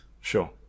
Sure